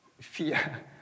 fear